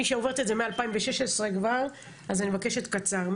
מי שעוברת את זה מ-2016 כבר --- אז אני מבקשת קצר.